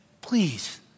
please